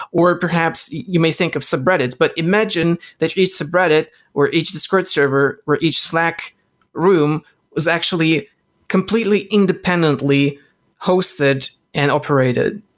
or perhaps you may think of subreddits, but imagine that each subreddit or each server or each slack room was actually completely independently hosted and operated.